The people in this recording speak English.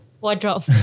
wardrobe